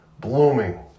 blooming